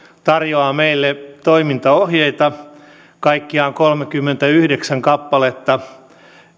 tarjoaa meille toimintaohjeita kaikkiaan kolmekymmentäyhdeksän kappaletta